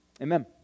amen